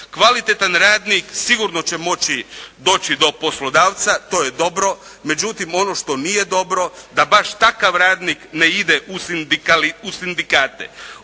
Kvalitetan radnik sigurno će moći doći do poslodavca, to je dobro. Međutim, ono što nije dobro da baš takav radnik ne ide u sindikate.